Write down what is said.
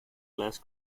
class